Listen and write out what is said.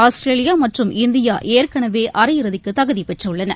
ஆஸ்திரேலியாமற்றும் இந்தியாஏற்கனவேஅரையிறுதிக்குதகுதிப் பெற்றுள்ளன